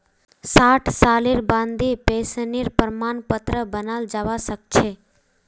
साठ सालेर बादें पेंशनेर प्रमाण पत्र बनाल जाबा सखछे